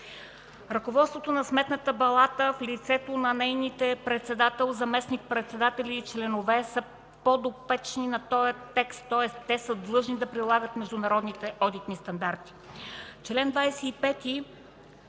Ръководството на Сметната палата, в лицето на нейните председател, заместник-председатели и членове, са подопечни на този текст. Тоест те са длъжни да прилагат международните одитни стандарти. Член 25